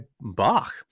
Bach